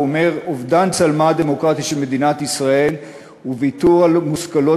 הוא אומר: "אובדן צלמה הדמוקרטי של מדינת ישראל וויתור על מושכלות